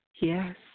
Yes